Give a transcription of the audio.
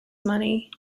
money